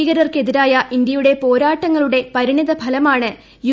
ഭീകരർക്കെതിരായ ഇന്ത്യയുടെ പോരാട്ടങ്ങളുടെ പരിണിത ഫലമാണ് യു